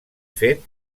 fet